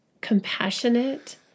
compassionate